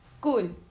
Cool